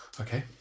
okay